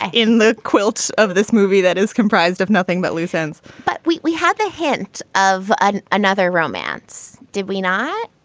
ah in the quilt of this movie that is comprised of nothing but loose ends but we we had the hint of ah another romance did we not.